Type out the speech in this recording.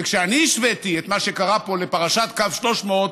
וכשאני השוויתי את מה שקרה פה לפרשת קו 300,